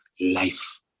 life